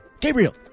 Gabriel